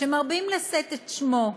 שמרבים לשאת את שמו,